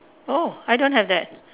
oh I don't have that